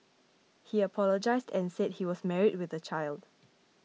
he apologised and said he was married with a child